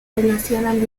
relacionan